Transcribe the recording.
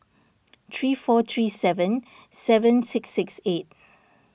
three four three seven seven six six eight